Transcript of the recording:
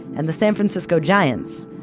and the san francisco giants.